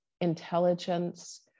intelligence